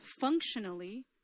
functionally